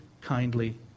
kindly